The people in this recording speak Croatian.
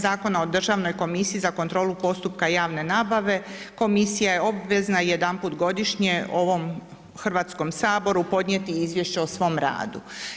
Zakona o Državnoj komisiji za kontrolu postupka javne nabave, komisija je obvezna jedanput godišnje ovom Hrvatskom saboru podnijeti izvješće o svom radu.